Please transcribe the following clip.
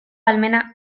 ahalmena